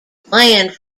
planned